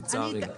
לצערי.